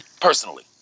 personally